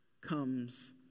comes